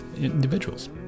individuals